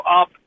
up